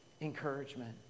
encouragement